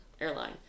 airline